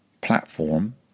platform